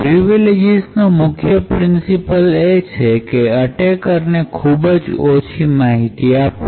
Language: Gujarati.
પ્રિવિલેજીસનો મુખ્ય પ્રિન્સિપલ છે કે અટેકરને ખૂબ જ ઓછી માહિતી આપવી